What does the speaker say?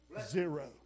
zero